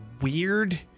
weird